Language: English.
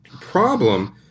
problem